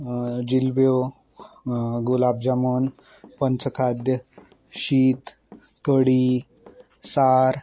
जिलब्यो गुलाब जामून पंचखाद्य शीत कडी सार